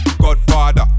Godfather